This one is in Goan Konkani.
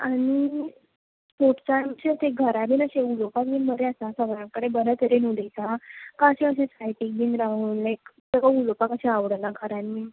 आनी स्पोट्सांचे तें घरा बी अशें उलोवपाक बी बरें आसा सगल्यां कडेन बऱ्या तरेन उलयता काय अशें कशें सायडीक बी रावोन लायक ताका उलोवपाक अशें आवडना घरांत बी